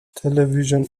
television